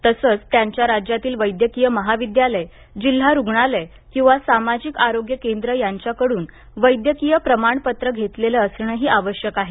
तसंच त्यांच्या राज्यातील वैद्यकीय महाविद्यालय जिल्हा रुग्णालय किंवा सामाजिक आरोग्य केंद्र यांच्याकडून वैदयकीय प्रमाणपत्र घेतलेलं असणंही आवश्यक आहे